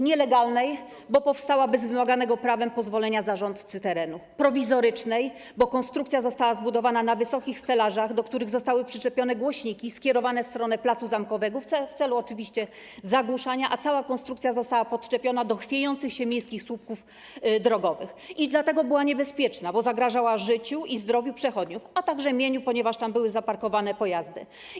Nielegalnej - bo powstała bez wymaganego prawem pozwolenia zarządcy terenu, prowizorycznej - bo konstrukcja została zbudowana na wysokich stelażach, do których zostały przyczepione głośniki skierowane w stronę placu Zamkowego w celu zagłuszania, a cała konstrukcja została podczepiona do chwiejących się miejskich słupków drogowych, niebezpiecznej - dlatego że zagrażała życiu i zdrowiu przechodniów, a także mieniu, ponieważ były tam zaparkowane pojazdy.